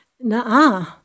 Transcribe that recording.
nah